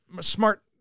smart